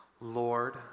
Lord